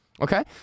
Okay